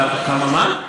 כמה כסף, כמה מה?